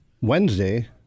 Wednesday